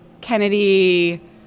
Kennedy